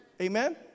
Amen